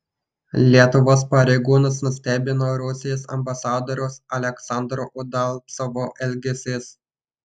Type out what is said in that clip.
lietuvos pareigūnus nustebino rusijos ambasadoriaus aleksandro udalcovo elgesys